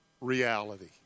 reality